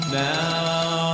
now